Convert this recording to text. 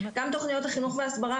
גם תוכניות החינוך וההסברה,